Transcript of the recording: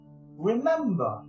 remember